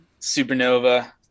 supernova